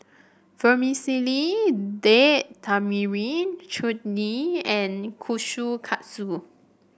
Vermicelli Date Tamarind Chutney and Kushikatsu